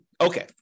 Okay